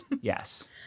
Yes